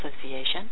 Association